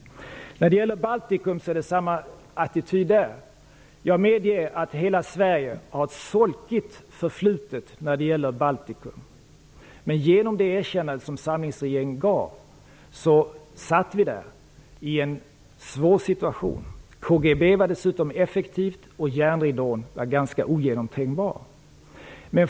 När det gäller Baltikum är attityden densamma. Jag medger att hela Sverige har ett solkigt förflutet beträffande Baltikum. Genom det erkännande som samlingsregeringen gjorde satt vi i en svår situation. KGB var dessutom effektivt, och järnridån var ganska ogenomtränglig.